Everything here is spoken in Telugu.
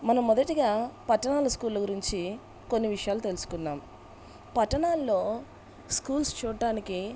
మనం మొదటిగా పట్టణాల స్కూళ్ళ గురించి కొన్ని విషయాలు తెలుసుకున్నాము పట్టణాల్లో స్కూల్స్ చూడడానికి